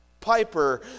Piper